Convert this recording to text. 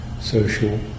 social